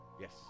Yes